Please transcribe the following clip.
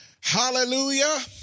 Hallelujah